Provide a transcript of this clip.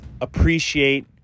appreciate